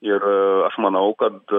ir aš manau kad